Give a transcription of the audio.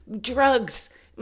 drugs